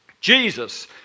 Jesus